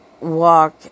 walk